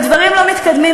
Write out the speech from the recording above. ודברים לא מתקדמים,